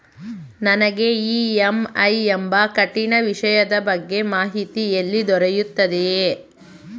ನನಗೆ ಇ.ಎಂ.ಐ ಎಂಬ ಕಠಿಣ ವಿಷಯದ ಬಗ್ಗೆ ಮಾಹಿತಿ ಎಲ್ಲಿ ದೊರೆಯುತ್ತದೆಯೇ?